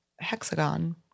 hexagon